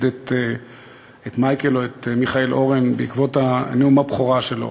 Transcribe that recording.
את מייקל או את מיכאל אורן בעקבות נאום הבכורה שלו.